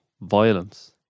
violence